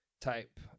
type